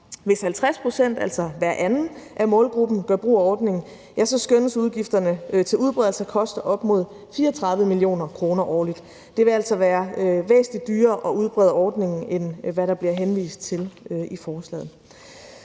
Hvis 50 pct., altså hver anden i målgruppen, gør brug af ordningen, skønnes udgifterne til udbredelsen at koste op imod 34 mio. kr. årligt. Det vil altså være væsentlig dyrere at udbrede ordningen, end hvad der bliver henvist til i forslaget.